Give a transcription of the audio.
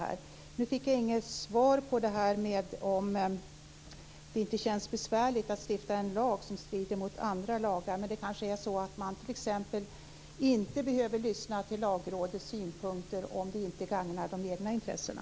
Jag fick inget svar på frågan om det inte känns besvärligt att stifta en lag som strider mot andra lagar, men man kanske inte behöver lyssna t.ex. till Lagrådets synpunkter om det inte gagnar de egna intressena.